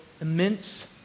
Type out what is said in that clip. immense